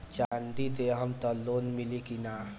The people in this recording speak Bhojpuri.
चाँदी देहम त लोन मिली की ना?